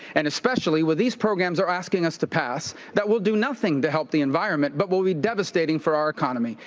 and especially what these programs are asking us to pass that will do nothing to help the environment, but will be devastating for our economy.